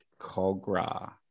Cogra